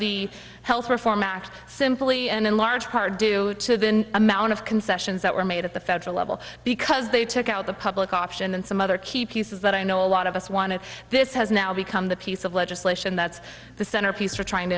the health reform act simply and in large part due to the amount of concessions that were made at the federal level because they took out the public option and some other key pieces that i know a lot of us wanted this has now become the piece of legislation that's the center piece for trying to